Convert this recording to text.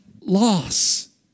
loss